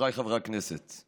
חבריי חברי הכנסת,